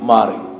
Mari